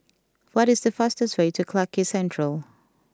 what is the fastest way to Clarke Quay Central